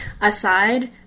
aside